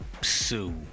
sue